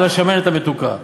על השמנת המתוקה.